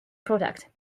product